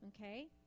Okay